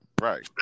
Right